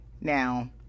Now